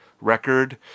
record